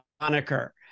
moniker